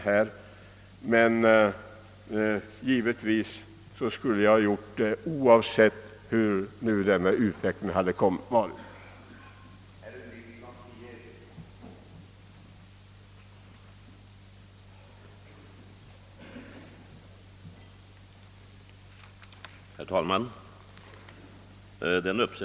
Jag skulle givetvis också ha kunnat ansluta mig till dessa yrkanden oberoende av den utveckling som nu förekommit i detta ärende.